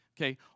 okay